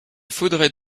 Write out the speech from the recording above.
faudrait